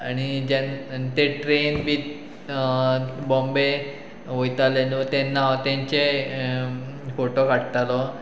आनी जे ते ट्रेन बी बॉम्बे वयताले न्हू तेन्ना हांव तेंचेय फोटो काडटालो